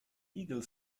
eagle